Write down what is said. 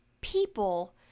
people